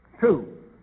Two